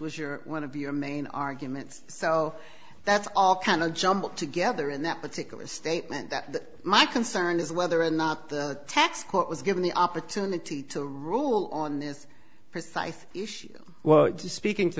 was your one of your main arguments so that's all kind of jumbled together in that particular statement that my concern is whether or not the tax cut was given the opportunity to rule on this precise issue well speaking to